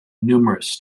numerous